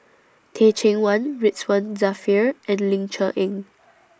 Teh Cheang Wan Ridzwan Dzafir and Ling Cher Eng